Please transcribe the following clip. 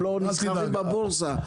הם לא נסחרים בבורסה.